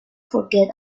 forget